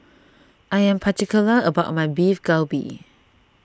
I am particular about my Beef Galbi